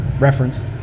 reference